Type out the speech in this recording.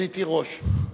רונית תירוש.